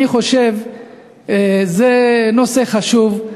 אני חושב שזה נושא חשוב.